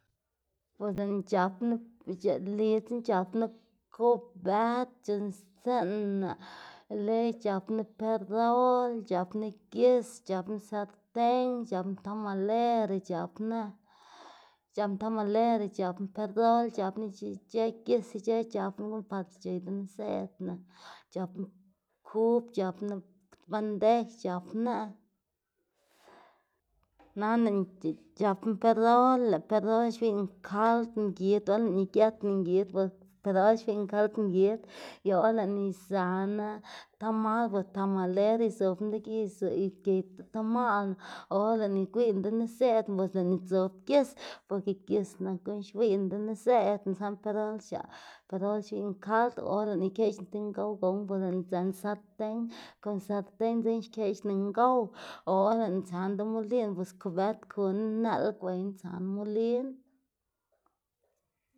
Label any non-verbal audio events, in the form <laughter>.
Bo lëꞌná c̲h̲apná <unintelligible> lidzná c̲h̲apná kubët c̲h̲uꞌnnstsiꞌnná leyo c̲h̲apná perol, c̲h̲apná gis, c̲h̲apná sarten, c̲h̲apná tamalera, c̲h̲apná c̲h̲apná tamalera, c̲h̲apná perol, c̲h̲apná ic̲h̲ë gis ic̲h̲ë c̲h̲apná par c̲h̲ey deniszedná. C̲h̲apná kub c̲h̲apná, bandej c̲h̲apná <noise> nana lëꞌná c̲h̲apná perol, lëꞌ perol xgwiꞌyná kald ngid or lëꞌná igët ngid bos perol xgwiꞌyná kald ngid y or lëꞌná izaná tamal be tamaler izobná lo gi <unintelligible> izobná lo gi gey detamalná o or lëꞌná igwiꞌyná deniszedná bos lëꞌná dzob gis boke gis nak guꞌn xgwiꞌyná deniszedná saꞌnde perol x̱aꞌ perol xgwiꞌyná kald. Or lëꞌná ikeꞌxga ti ngow gowná bos lëꞌná dzën sarten kon sarten dzekna xkeꞌná ngow o or lëꞌná tsaná demolinná bos kubët kuna nëꞌl gweyná tsaná molin. <noise>